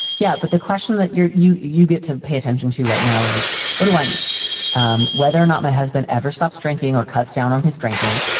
yeah, but the question that you you get to pay attention to right now is what do i need um whether or not my husband ever stops drinking or cuts down on his drinking?